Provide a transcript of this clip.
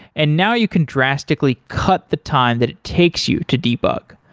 and now you can drastically cut the time that it takes you to debug.